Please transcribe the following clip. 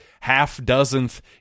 half-dozenth